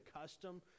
custom